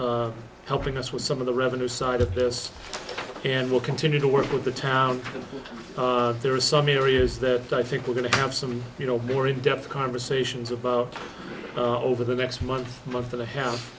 helping us with some of the revenue side of this and we'll continue to work with the town there are some areas that i think we're going to have some you know more in depth conversations about over the next month month and a half